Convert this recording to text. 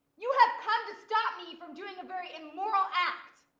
you have come to stop me from doing a very immoral act.